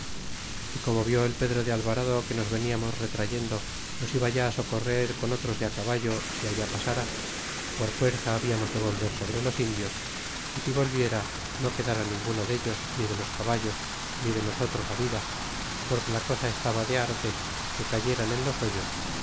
y como vió el pedro de alvarado que nos veniamos retrayendo nos iba ya socorrer con otros de caballo y si allá pasara por fuerza habiamos de volver sobre los indios y si volviera no quedara ninguno dellos ni de los caballos ni de nosotros vida porque la cosa estaba de arte que cayeran en los hoyos